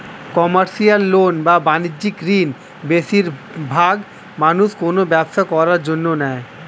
commercial loan বা বাণিজ্যিক ঋণ বেশিরবাগ মানুষ কোনো ব্যবসা করার জন্য নেয়